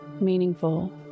meaningful